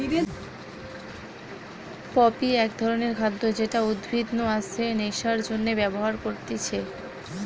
poppy এক ধরণের খাদ্য যেটা উদ্ভিদ নু আসে নেশার জন্যে ব্যবহার করতিছে